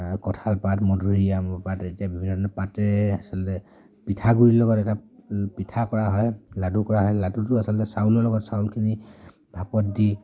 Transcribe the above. কঁঠাল পাত মধুৰি আমপাত এতিয়া বিভিন্ন ধৰণৰ পাতে আচলতে পিঠাগুড়িৰ লগত এটা পিঠা কৰা হয় লাডু কৰা হয় লাডুটো আচলতে চাউলৰ লগত চাউলখিনি ভাপত দি